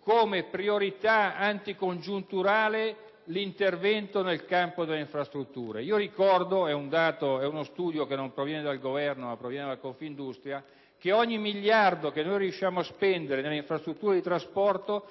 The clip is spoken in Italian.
come priorità anticongiunturale l'intervento nel campo delle infrastrutture. Ricordo - è uno studio che non proviene dal Governo, ma da Confindustria - che ogni miliardo che riusciamo a spendere nelle infrastrutture di trasporto